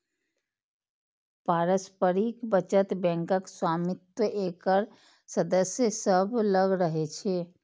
पारस्परिक बचत बैंकक स्वामित्व एकर सदस्य सभ लग रहै छै